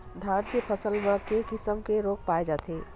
धान के फसल म के किसम के रोग पाय जाथे?